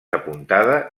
apuntada